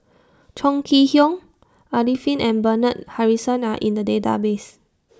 Chong Kee Hiong Arifin and Bernard Harrison Are in The Database